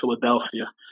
Philadelphia